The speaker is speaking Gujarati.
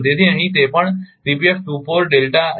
તેથી અહીં તે પણ છે